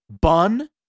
bun